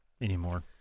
anymore